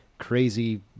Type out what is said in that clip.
crazy